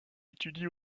étudie